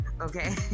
Okay